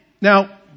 Now